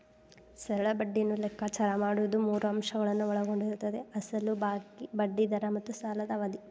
ಸರಳ ಬಡ್ಡಿಯನ್ನು ಲೆಕ್ಕಾಚಾರ ಮಾಡುವುದು ಮೂರು ಅಂಶಗಳನ್ನು ಒಳಗೊಂಡಿರುತ್ತದೆ ಅಸಲು ಬಾಕಿ, ಬಡ್ಡಿ ದರ ಮತ್ತು ಸಾಲದ ಅವಧಿ